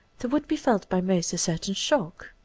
there would be felt by most a certain shock.